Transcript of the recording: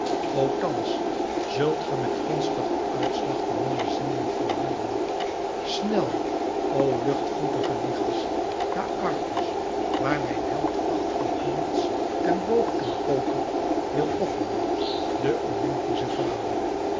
thans zult ge met gunstiger uitslag de nieuwe zending volvoeren snel o luchtvoetige lichas naar argos waar mijn held vacht en knots en boog en koker wil offeren den oympischen vader